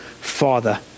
father